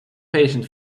patient